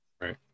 Right